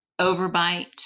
overbite